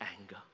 anger